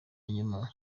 nyuma